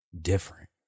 different